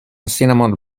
cinnamon